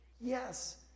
Yes